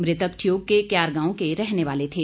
मृतक ठियोग के क्यार गांव के रहने वाले थे